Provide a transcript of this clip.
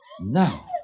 Now